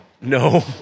No